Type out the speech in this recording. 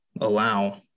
allow